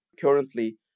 currently